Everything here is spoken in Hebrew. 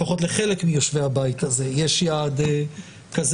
לפחות לחלק מיושבי הבית יש יעד כזה,